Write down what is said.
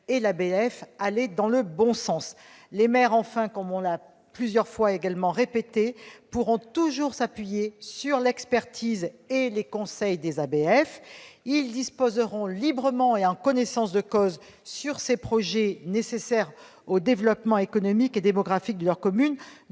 et l'ABF, vont dans le bon sens. Enfin, comme nous l'avons dit à plusieurs reprises, les maires pourront toujours s'appuyer sur l'expertise et les conseils des ABF. Ils disposeront librement et en connaissance de cause, sur ces projets nécessaires au développement économique et démographique de leur commune,